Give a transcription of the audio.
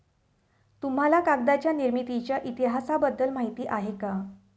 तुम्हाला कागदाच्या निर्मितीच्या इतिहासाबद्दल माहिती आहे का?